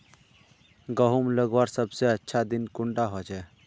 गहुम लगवार सबसे अच्छा दिन कुंडा होचे?